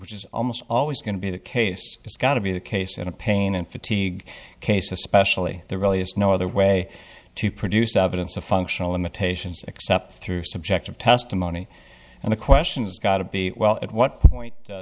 which is almost always going to be the case it's got to be the case in a pain and fatigue case especially the really is no other way to produce evidence of functional limitations except through subjective testimony and the questions got to be well at what point